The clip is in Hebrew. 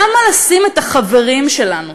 למה לשים את החברים שלנו,